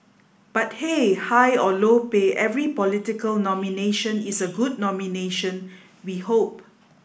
but hey high or low pay every political nomination is a good nomination we hope